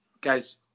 guys